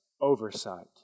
oversight